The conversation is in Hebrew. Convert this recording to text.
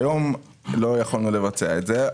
כיום לא יכולנו לבצע את זה,